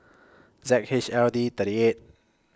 Z H L D thirty eight